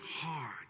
hard